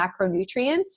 macronutrients